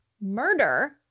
murder